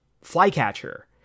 Flycatcher